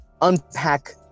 unpack